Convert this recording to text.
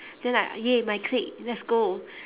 then like !yay! my clique let's go